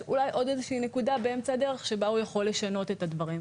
עוד נקודה באמצע הדרך שבה הוא יכול לשנות את הדברים,